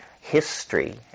history